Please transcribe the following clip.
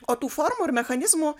o tų formų ir mechanizmų